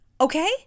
Okay